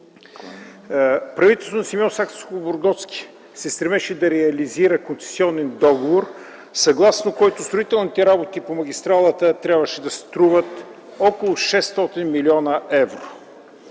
Правителството на Симеон Сакскобургготски се стремеше да реализира концесионен договор, съгласно който строителните работи по магистралата трябваше да струват около 600 млн. евро.